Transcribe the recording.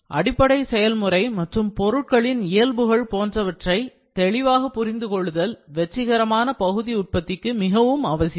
அடிப்படை செயல்முறை மற்றும் பொருட்களின் இயல்புகள் போன்றவற்றை தெளிவாக புரிந்து கொள்ளுதல் வெற்றிகரமான பகுதி உற்பத்திக்கு மிகவும் அவசியம்